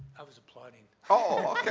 i was applauding.